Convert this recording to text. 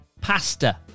pasta